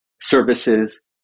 services